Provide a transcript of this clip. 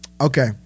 Okay